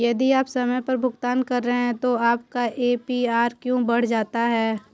यदि आप समय पर भुगतान कर रहे हैं तो आपका ए.पी.आर क्यों बढ़ जाता है?